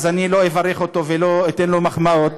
אז לא אברך אותו ולא אתן לו מחמאות,